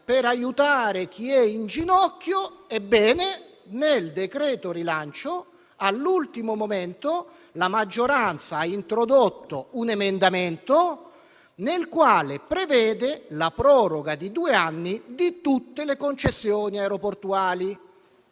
per aiutare chi è in ginocchio, all'ultimo momento la maggioranza ha introdotto un emendamento nel quale prevede la proroga di due anni di tutte le concessioni aeroportuali,